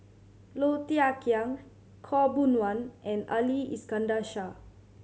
Low Thia Khiang Khaw Boon Wan and Ali Iskandar Shah